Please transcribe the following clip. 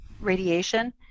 radiation